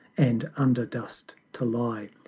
and under dust to lie,